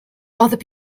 other